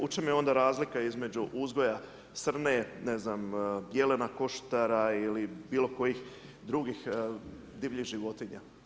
U čem je onda razlika između uzgoja srce, ne znam, jelena košutara ili bilokojih drugih divljih životinja.